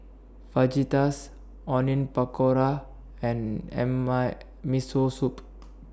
Fajitas Onion Pakora and M I Miso Soup